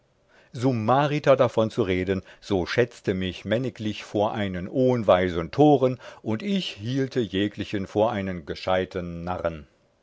summariter davon zu reden so schätzte mich männiglich vor einen ohnweisen toren und ich hielte jeglichen vor einen gescheiden narren